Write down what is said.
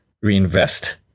reinvest